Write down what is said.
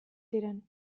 ziren